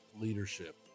leadership